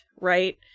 right